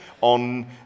on